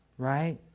right